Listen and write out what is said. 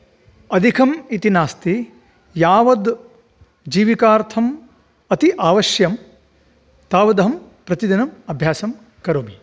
अधिकम् इति नास्ति यावत् जीविकार्थम् अति अवश्यं तावत् अहं प्रतिदिनम् अभ्यासं करोमि